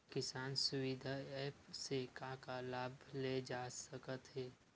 किसान सुविधा एप्प से का का लाभ ले जा सकत हे?